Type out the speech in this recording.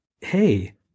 hey